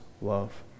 love